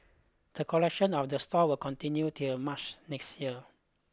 the collection of the store will continue till March next year